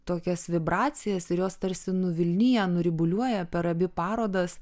tokias vibracijas ir jos tarsi nuvilnija nuribuliuoja per abi parodas